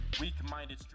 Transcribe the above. Weak-minded